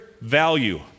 value